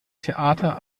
theater